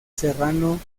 serrano